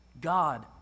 God